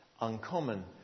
uncommon